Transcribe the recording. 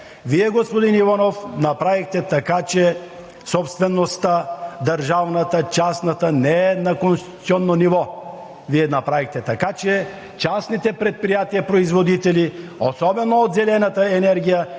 Вие, господин Иванов, направихте така, че собствеността – държавната и частната, не е на конституционно ниво. Вие направихте така, че частните предприятия производители, особено от зелената енергия,